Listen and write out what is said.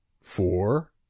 four